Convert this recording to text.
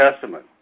Testament